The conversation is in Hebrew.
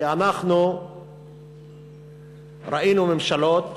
כי אנחנו ראינו ממשלות